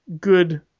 good